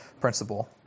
principle